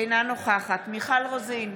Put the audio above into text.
אינה נוכחת מיכל רוזין,